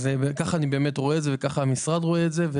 כך אני רואה את זה וכך גם המשרד רואה את זה.